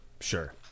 sure